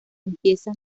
empiezan